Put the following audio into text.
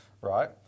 right